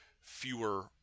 fewer